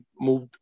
moved